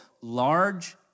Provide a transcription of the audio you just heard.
Large